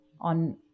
on